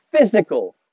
physical